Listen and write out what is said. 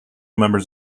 members